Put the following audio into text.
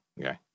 Okay